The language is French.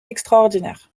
extraordinaires